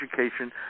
education